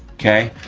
okay.